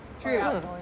True